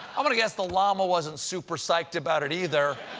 i'm going to guess the llama wasn't super psyched about it either.